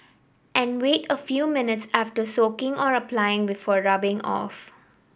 and wait a few minutes after soaking or applying before rubbing off